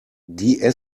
die